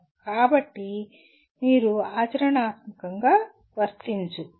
కాబట్టి మీరు ఆచరణాత్మకంగా వర్తించుఅప్లై